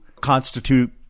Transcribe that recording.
constitute